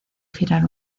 girar